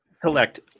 collect